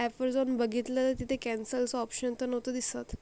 ॲपवर जाऊन बघितलं तिथे कॅन्सलचं ऑप्शन तर नव्हतं दिसत